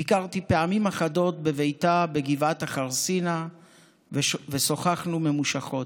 ביקרתי פעמים אחדות בביתה בגבעת חרסינה ושוחחנו ממושכות.